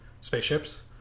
spaceships